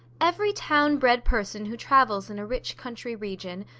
every town-bred person who travels in a rich country region,